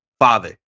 father